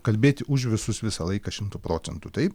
kalbėti už visus visą laiką šimtu procentų taip